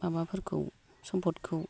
माबाफोरखौ सम्फदखौ